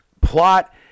plot